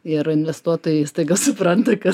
ir investuotojai staiga supranta kad